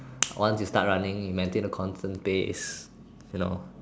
once you start running you maintain the constant pace you know